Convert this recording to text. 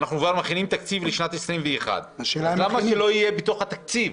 ואנחנו כבר מכינים תקציב לשנת 2021. אז למה שזה לא יהיה בתוך התקציב?